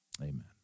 amen